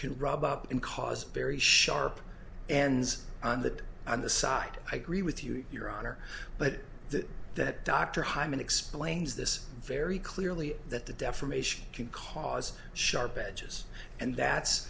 can rub up and cause very sharp ands on the on the side i agree with you your honor but that dr hyman explains this very clearly that the defamation can cause sharp edges and that's